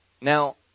Now